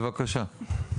בבקשה.